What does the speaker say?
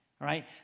right